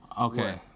Okay